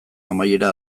amaiera